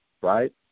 Right